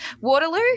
Waterloo